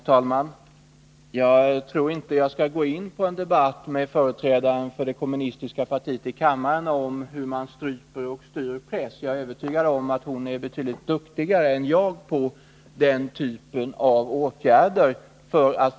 Herr talman! Jag tror inte att jag skall gå in på en debatt med företrädaren för det kommunistiska partiet här i kammaren om hur man stryper och styr press. Jag är övertygad om att hon är mycket duktigare än jag på den typen av åtgärder.